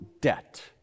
debt